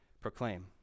proclaim